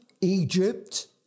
Egypt